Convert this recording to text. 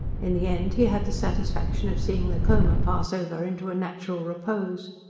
in the end he had the satisfaction of seeing the coma pass over into a natural repose.